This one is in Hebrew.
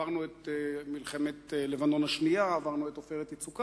עברנו את מלחמת לבנון השנייה ועברנו את "עופרת יצוקה"